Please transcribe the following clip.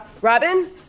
Robin